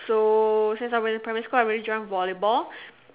so since I was in primary school I've already joined volleyball